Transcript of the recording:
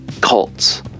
cults